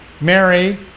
Mary